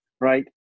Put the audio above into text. right